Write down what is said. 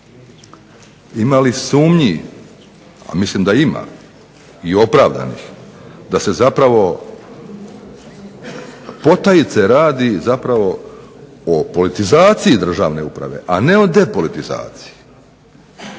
Ima li sumnji, a mislim da ima i opravdanih, da se zapravo potajice radi zapravo o politizaciji državne uprave, a ne o depolitizaciji.